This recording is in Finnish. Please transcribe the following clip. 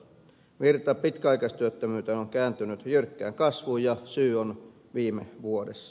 virta pitkäaikaistyöttömyyteen on kääntynyt jyrkkään kasvuun ja syy on viime vuodessa